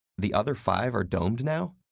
the other five are domed now?